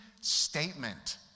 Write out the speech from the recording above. statement